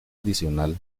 adicional